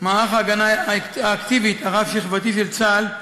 מערך ההגנה האקטיבי הרב-שכבתי של צה"ל,